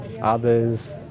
Others